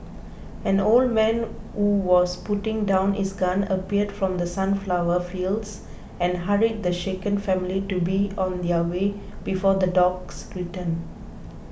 an old man who was putting down his gun appeared from the sunflower fields and hurried the shaken family to be on their way before the dogs return